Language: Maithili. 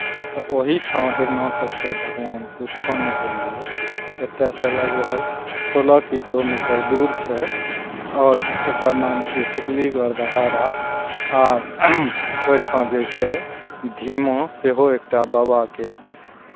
तऽ ओहीठाँ हिरण्यकश्यप भगवानके उत्पन्न भेलैए एतयसँ लगभग सोलह किलोमीटर दूर छै आओर ओकर नाम छै शिकलीगढ़ धराड़ा आर ओहिठाँ जे छै धीमा सेहो एक टा बाबाके